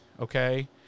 okay